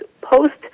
post